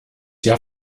jahr